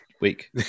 week